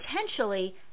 potentially